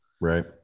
right